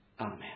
Amen